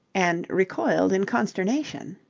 and recoiled in consternation.